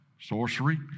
sorcery